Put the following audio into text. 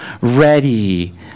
ready